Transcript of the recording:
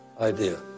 idea